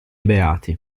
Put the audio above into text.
beati